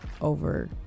over